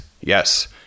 Yes